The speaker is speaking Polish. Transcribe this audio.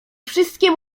wszystkie